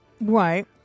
Right